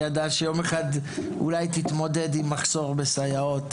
ידעה שיום אחד אולי היא תתמודד עם מחסור בסייעות,